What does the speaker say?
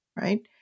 right